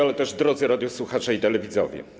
Ale też drodzy radiosłuchacze i telewidzowie!